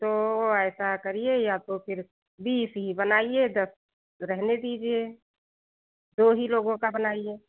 तो ऐसा करिए तो फिर बीस ही बनाइए दस रहने दीजिए दो ही लोगों का बनाइए